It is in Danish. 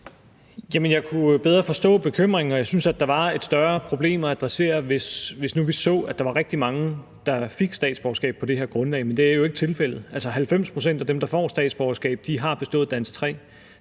jeg kunne bedre forstå bekymringen, og jeg ville synes, at der var et større problem at adressere, hvis nu vi så, at der var rigtig mange, der fik statsborgerskab på det her grundlag. Men det er jo ikke tilfældet. Altså 90 pct. af dem, der får statsborgerskab har bestået Dansk 3.